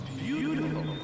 beautiful